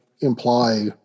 imply